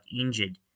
injured